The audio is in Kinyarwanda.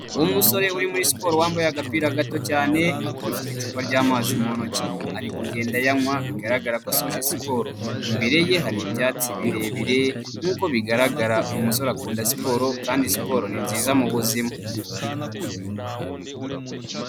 Umusore uri muri siporo wambaye agapira gato cyane akaba afite icupa ry'amazi mu ntoki, ari kugenda ayanywa bigaragara ko asoje siporo, imbere ye hari ibyatsi birebire. Nk'uko bigaragara uyu musore akunda siporo kandi siporo ni nziza mu buzima.